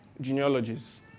genealogies